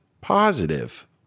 positive